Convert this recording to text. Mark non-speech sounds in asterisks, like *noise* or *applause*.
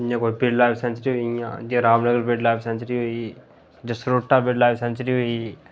जियां कोई *unintelligible* लाइव सैंचरियां होई गेइयां जे रामनगर बर्ड लाइव सैंचरी होई गेई जसरोटा बर्ड लाइव सैंचरी होई गेई